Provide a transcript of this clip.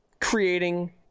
creating